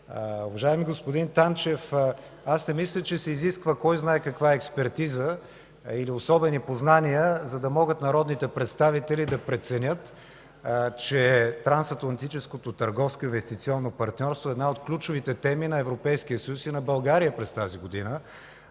Уважаеми господин Танчев, не мисля, че се изисква кой знае каква експертиза или особени познания, за да могат народните представители да преценят, че трансатлантическото търговско и инвестиционно партньорство е една от ключовите теми на Европейския съюз и на България през тази година.